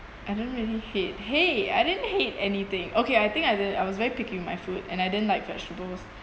I don't really hate !hey! I didn't hate anything okay I think I did I was very picky with my food and I didn't like vegetables